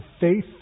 faith